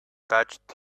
touched